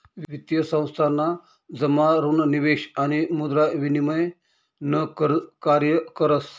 वित्तीय संस्थान जमा ऋण निवेश आणि मुद्रा विनिमय न कार्य करस